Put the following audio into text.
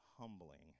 humbling